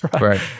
right